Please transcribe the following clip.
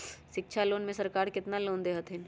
शिक्षा लोन में सरकार केतना लोन दे हथिन?